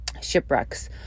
shipwrecks